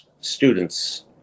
students